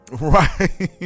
right